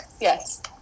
yes